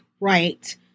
right